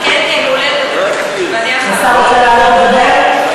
השר רוצה לעלות לדבר?